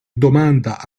domanda